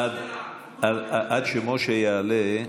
עד שמשה יעלה,